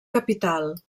capital